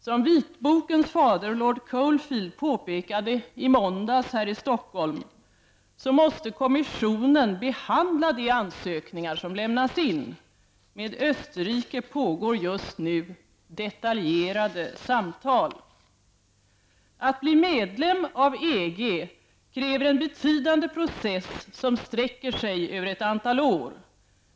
Som vitbokens fader Lord Cockfield påpekade i måndags här i Stockholm så måste kommissionen behandla de ansökningar som lämnas in. Med Österrike pågår just nu ''detaljerade samtal''. Att bli medlem av EG kräver en betydande process, som sträcker sig över ett antal år.